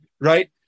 right